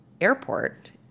Airport